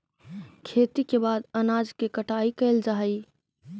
खेती के बाद अनाज के कटाई कैल जा हइ